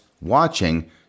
watching